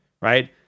right